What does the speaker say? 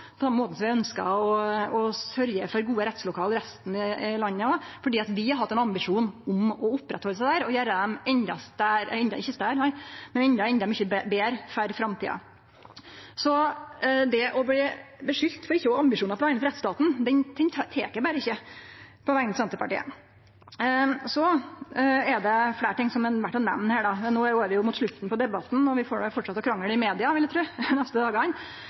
måten som vi ønskjer å sørgje for gode rettslokale i resten av landet – fordi vi har hatt ein ambisjon om å oppretthalde desse og gjere dei enda betre for framtida. Så det å bli skulda for ikkje å ha ambisjonar på vegner av rettsstaten – den tek eg berre ikkje på vegner av Senterpartiet. Så er det fleire ting som er verdt å nemne her. No går det jo mot slutten på debatten, og vi får fortsetje å krangle i media, vil eg tru, dei neste dagane,